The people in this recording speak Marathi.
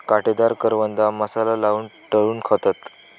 काटेदार करवंदा मसाला लाऊन तळून खातत